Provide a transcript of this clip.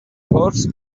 horse